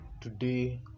Today